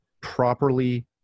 properly